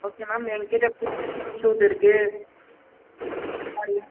okay ma'am எங்கள்கிட்ட ஒரு suit இருக்குது அந்த மாதிரி